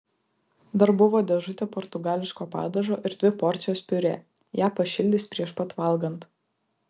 dar buvo dėžutė portugališko padažo ir dvi porcijos piurė ją pašildys prieš pat valgant